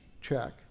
check